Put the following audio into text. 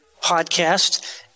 podcast